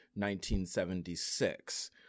1976